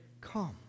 come